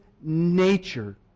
nature